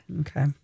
Okay